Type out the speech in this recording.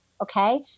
Okay